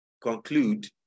conclude